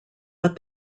but